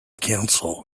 council